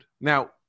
Now